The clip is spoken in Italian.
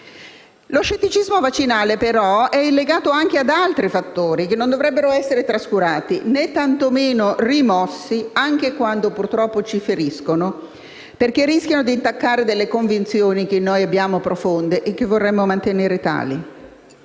Lo scetticismo vaccinale però è legato anche ad altri fattori, che non dovrebbero essere trascurati, né tanto meno rimossi, anche quando purtroppo ci feriscono, perché rischiano di intaccare delle convinzioni profonde che abbiamo e che vorremmo mantenere tali.